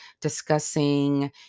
discussing